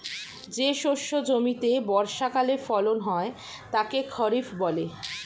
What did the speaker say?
যে শস্য জমিতে বর্ষাকালে ফলন হয় তাকে খরিফ বলে